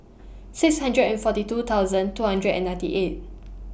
six hundred and forty two thousand two hundred and ninety eight